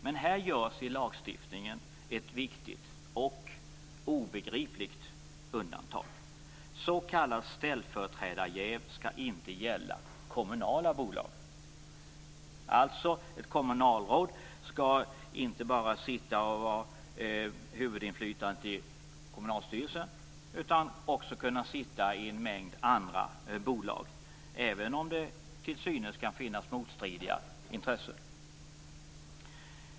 Men här görs ett viktigt och obegripligt undantag i lagstiftningen: S.k. ställföreträdarjäv skall inte gälla kommunala bolag. Ett kommunalråd skall alltså inte bara sitta och ha huvudinflytandet i kommunalstyrelsen, utan han eller hon skall också kunna sitta i en mängd andra bolag även om det till synes kan finnas motstridiga intressen.